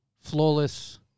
flawless